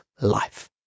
life